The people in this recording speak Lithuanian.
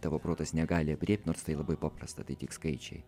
tavo protas negali aprėpt nors tai labai paprasta tai tik skaičiai